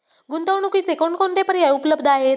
गुंतवणुकीचे कोणकोणते पर्याय उपलब्ध आहेत?